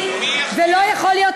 הם לא צריכים נדבות.